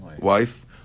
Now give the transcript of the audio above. wife